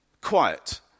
quiet